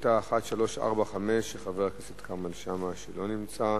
שאילתא 1345 של חבר הכנסת כרמל שאמה, שלא נמצא.